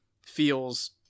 feels